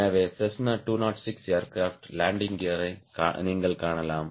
எனவே Cessna 206 aircraft landing கியரை நீங்கள் காணலாம்